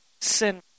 sin